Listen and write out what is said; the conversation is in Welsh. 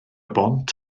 bont